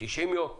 90 יום,